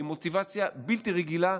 עם מוטיבציה בלתי רגילה,